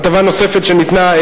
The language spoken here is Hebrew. הטבה נוספת שניתנה,